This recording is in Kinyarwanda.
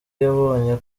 yabonye